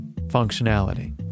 Functionality